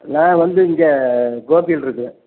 நான் வந்து இங்கே கோபியில் இருக்கேன்